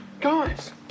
guys